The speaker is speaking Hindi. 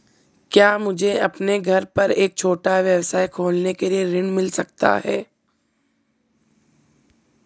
क्या मुझे अपने घर पर एक छोटा व्यवसाय खोलने के लिए ऋण मिल सकता है?